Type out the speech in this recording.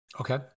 Okay